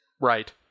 Right